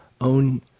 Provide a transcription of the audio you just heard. own